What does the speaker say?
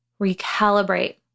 recalibrate